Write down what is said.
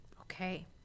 Okay